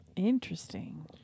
Interesting